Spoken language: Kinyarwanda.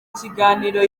kiganiro